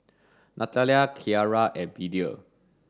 Natalia Kyara and Media